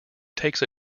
takes